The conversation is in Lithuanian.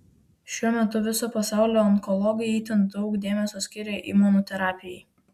šiuo metu viso pasaulio onkologai itin daug dėmesio skiria imunoterapijai